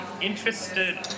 interested